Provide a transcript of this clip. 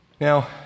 Now